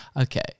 Okay